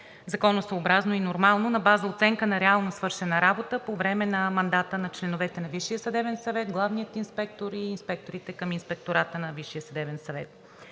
законосъобразно и нормално на база на оценка на реално свършена работа по време на мандата на членовете на Висшия съдебен съвет, главния инспектор и инспекторите към Инспектората на